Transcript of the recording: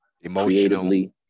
emotionally